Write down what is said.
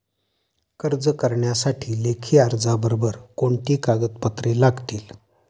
कर्ज करण्यासाठी लेखी अर्जाबरोबर कोणती कागदपत्रे लागतील?